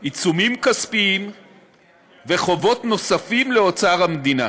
עיצומים כספיים וחובות נוספים לאוצר המדינה.